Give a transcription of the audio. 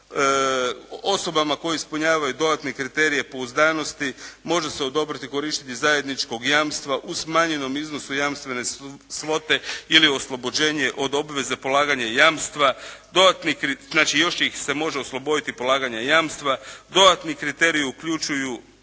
osobama koje ispunjavaju dodatne kriterije pouzdanosti može se odobriti korištenje zajedničkog jamstva u smanjenom iznosu jamstvene svote ili oslobođenje od obveze polaganja jamstva, znači još ih se može osloboditi polaganja jamstva, dodatni kriterij uključuju